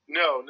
no